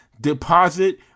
deposit